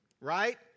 right